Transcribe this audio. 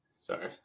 sorry